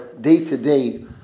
day-to-day